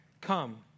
Come